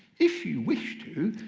if you wish to,